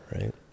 right